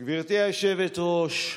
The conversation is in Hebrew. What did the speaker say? היושבת-ראש,